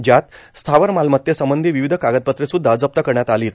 ज्यात स्थावर मालमत्ते संबंधी विविध कागदपत्रे सुद्धा जप्त करण्यात आलीत